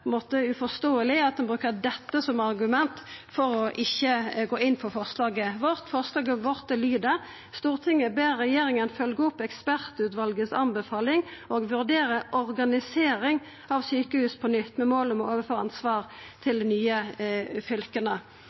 måte.» Miljøpartiet De Grønne har varslet støtte til forslaget. Det voteres over forslagene nr. 11–13, fra Senterpartiet. Forslag nr. 11 lyder: «Stortinget ber regjeringen følge opp ekspertutvalgets anbefaling og vurdere organisering av sykehus på nytt med mål om å overføre ansvar for sykehus og DPS til de nye fylkene.»